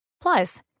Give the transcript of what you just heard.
Plus